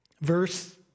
Verse